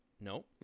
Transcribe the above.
No